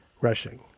rushing